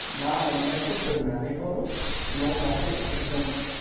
ना हमनायखौ दोननानैब्लाबो न'फारसे एखदम